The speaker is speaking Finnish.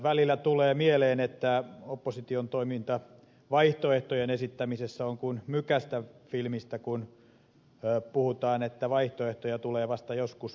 välillä tulee mieleen että opposition toiminta vaihtoehtojen esittämisessä on kuin mykästä filmistä kun puhutaan että vaihtoehtoja tulee vasta joskus marraskuulla